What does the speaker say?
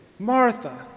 Martha